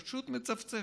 פשוט מצפצפת,